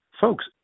folks